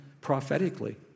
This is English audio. prophetically